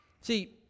See